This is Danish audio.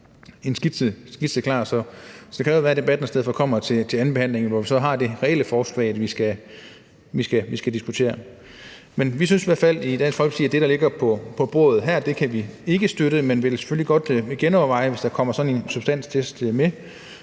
en skitse klar. Så kan det jo være, at debatten i stedet for kommer til andenbehandlingen, hvor vi så har det reelle forslag, vi skal diskutere. Men vi synes i hvert fald i Dansk Folkeparti, at det, der ligger på bordet her, kan vi ikke støtte. Men vi vil selvfølgelig godt genoverveje det, hvis der kommer sådan en substanstest med.